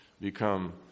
become